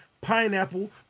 pineapple